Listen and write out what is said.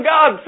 God